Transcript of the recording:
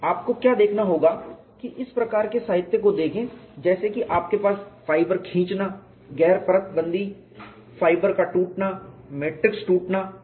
और आपको क्या देखना होगा कि इस प्रकार के साहित्य को देखें जैसे कि आपके पास फाइबर खींचना गैर परतबंदी फाइबर टूटना मैट्रिक्स टूटना है